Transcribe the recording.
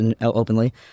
openly